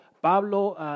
Pablo